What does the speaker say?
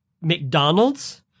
McDonald's